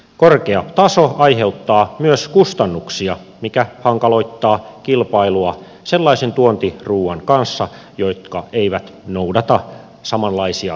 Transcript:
korkea taso aiheuttaa myös kustannuksia mikä hankaloittaa kilpailua sellaisen tuontiruuan kanssa joka ei noudata samanlaisia standardeja